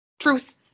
truth